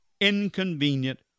inconvenient